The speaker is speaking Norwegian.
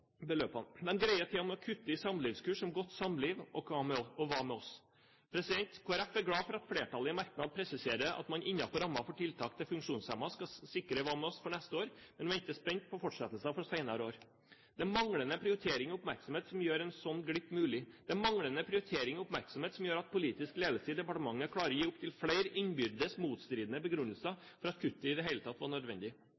Den rød-grønne regjeringen makter ikke å finne plass til disse relativt små beløpene, men greier til og med å kutte i samlivskurs som Godt samliv! og Hva med oss?. Kristelig Folkeparti er glad for at flertallet i en merknad presiserer at man innenfor rammen for tiltak til funksjonshemmede skal sikre Hva med oss? for neste år, men venter spent på fortsettelsen for senere år. Det er manglende prioritering og oppmerksomhet som gjør en slik glipp mulig. Det er manglende prioritering og oppmerksomhet som gjør at politisk ledelse i departementet klarer å gi opptil flere innbyrdes